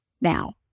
now